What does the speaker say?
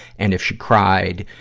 and if she cried,